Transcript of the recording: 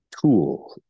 tool